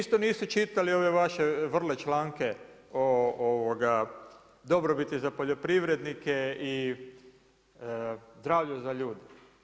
Isto nisu čitali ove vaše vrle članke o dobrobiti za poljoprivrednike i zdravlju za ljude.